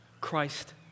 Christ